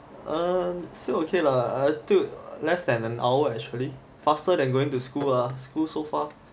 err still okay lah less than an hour actually faster than going to school ah school so far